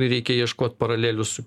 reikia ieškot paralelių su